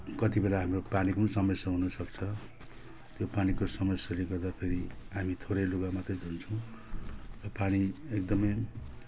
कति बेला हाम्रो पानीको पनि समस्या हुनु सक्छ त्यो पानीको समस्याले गर्दाखेरि हामी थोरै लुगा मात्रै धुन्छौँ अब पानी एकदमै